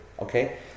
Okay